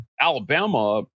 Alabama